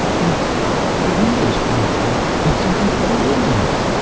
the the windows broke, and and something flew in at us!